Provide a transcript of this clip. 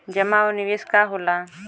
जमा और निवेश का होला?